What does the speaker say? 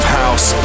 house